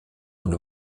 und